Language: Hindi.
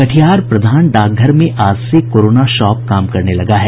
कटिहार प्रधान डाकघर में आज से कोरोना शॉप काम करने लगा है